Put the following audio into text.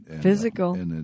Physical